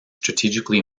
strategically